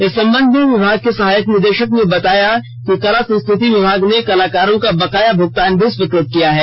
इस संबध में विभाग के सहायक निदेशक ने बताया कि कला संस्कृति विभाग ने कलाकारों का बकाया भ्गतान भी स्वीकृत किया जाएगा